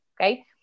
Okay